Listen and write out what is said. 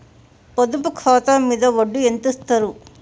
పొదుపు ఖాతా మీద వడ్డీ ఎంతిస్తరు?